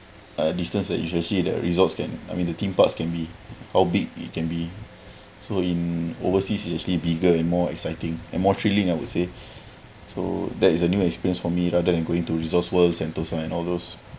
a distance that you shall see the resort can I mean the theme parks can be how big it can be so in overseas it actually bigger and more exciting and more thrilling I would say so that is a new experience for me rather than going to resorts world sentosa and all those